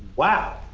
wow,